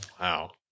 wow